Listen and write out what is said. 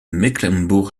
mecklembourg